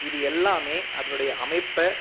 இது எல்லாமே அதனுடைய அமைப்பை